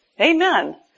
Amen